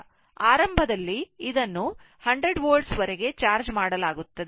ಆರಂಭದಲ್ಲಿ ಇದನ್ನು 100 volt ವರೆಗೆ charge ಮಾಡಲಾಗುತ್ತದೆ